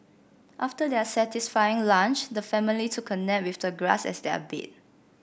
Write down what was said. after their satisfying lunch the family took a nap with the grass as their bed